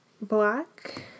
black